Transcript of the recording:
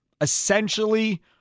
essentially